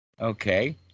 okay